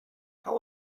how